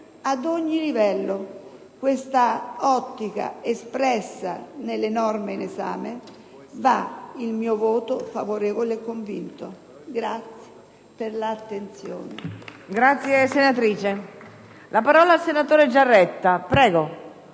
ad ogni livello. A quest'ottica espressa nelle norme in esame va il mio voto favorevole e convinto. Vi ringrazio per l'attenzione.